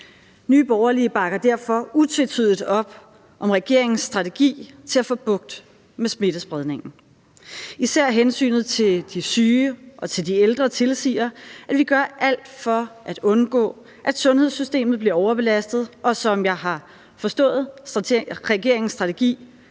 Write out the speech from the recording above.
Nye Borgerlige bakker derfor utvetydigt op om regeringens strategi til at få bugt med smittespredningen. Især hensynet til de syge og til de ældre tilsiger, at vi gør alt for at undgå, at sundhedssystemet bliver overbelastet, og som jeg har forstået regeringens strategi,